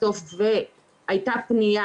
ואני מאוד מקווה שבפעם הבאה שהוועדה תשב,